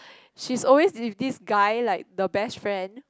she's always with this guy like the best friend